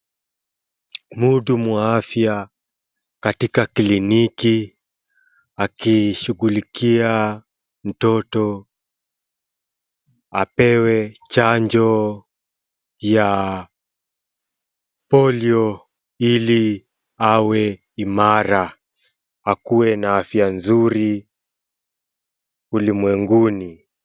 Mhudumu wa afya katika kliniki akishughulikia mtoto apewe chajo ya polio ili awe imara akue na afya nzuri ulimwenguni.